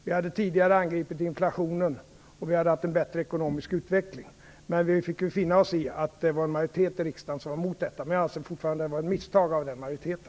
Vi hade kunnat angripa inflationen tidigare, och vi hade haft en bättre ekonomisk utveckling. Vi fick finna oss i att en majoritet i riksdagen var emot förslaget, men jag anser fortfarande att detta var ett misstag av den majoriteten.